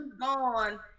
gone